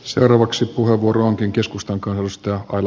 seuraavaksi puheenvuoronkin keskustan kaivostyö on